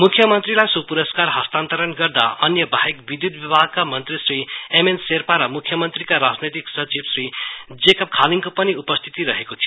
मुख्यमन्त्रीलाई सो पुरस्कार हस्तान्तरण गर्दा अन्य बाहेक विध्यत विभागका मन्त्री श्री एमएन सेर्पा र मुख्यमन्त्रीका राजनैतिक सचिव श्री जेकब खालिङको पनि उपस्थिति रहेको थियो